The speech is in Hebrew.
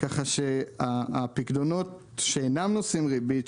כך שהפיקדונות שאינם נושאים ריבית,